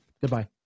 Goodbye